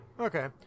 Okay